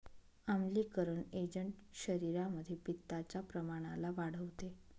आम्लीकरण एजंट शरीरामध्ये पित्ताच्या प्रमाणाला वाढवते